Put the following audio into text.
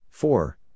Four